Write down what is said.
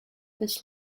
this